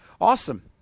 Awesome